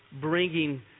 bringing